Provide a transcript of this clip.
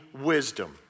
wisdom